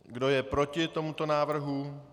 Kdo je proti tomuto návrhu?